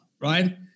right